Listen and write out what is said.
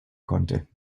konnte